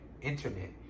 internet